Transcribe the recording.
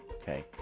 okay